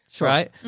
Right